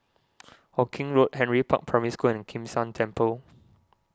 Hawkinge Road Henry Park Primary School and Kim San Temple